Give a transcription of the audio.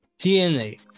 DNA